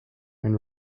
and